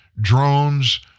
drones